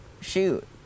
shoot